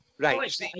Right